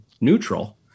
neutral